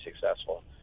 successful